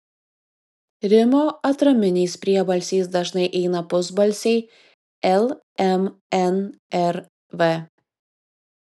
rimo atraminiais priebalsiais dažnai eina pusbalsiai l m n r v